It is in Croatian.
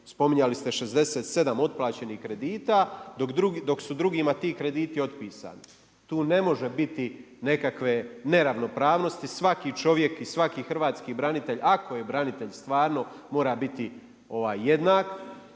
spominjali ste 67 otplaćenih kredita, dok su drugima ti krediti otpisani. Tu ne može biti nekakve neravnopravnosti, svaki čovjek i svaki hrvatski branitelj ako je branitelj stvarno, mora biti jednak,